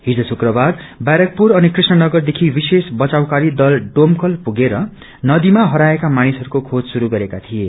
हिज शुक्रबार बैरकपुर अनि कृष्ण नगरदेखि विशेष बचावकारी दल डोमकल पुगेर नदीमा हराएका मानिसहरूको खेज श्रुरू गरिदिए